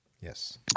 yes